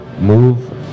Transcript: move